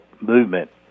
movement